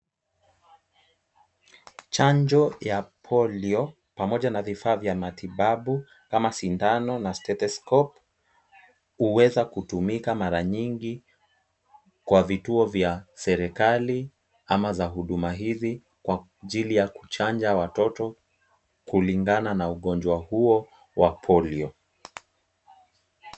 Chanjo ya polio pamoja na vifaa vya matibabu kama sindano na stetoscope huweza kutumika mara nyingi kwa vituo vya serikali ama za huduma hivi kwa ajili ya kuchanja watoto kulingana na ugonjwa huo wa polio.